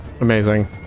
Amazing